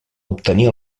obtenir